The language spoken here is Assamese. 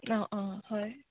অঁ অঁ হয়